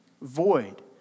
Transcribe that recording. void